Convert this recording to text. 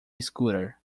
scooter